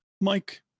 Mike